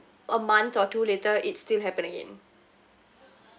a month or two later it still happen again